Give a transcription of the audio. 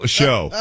show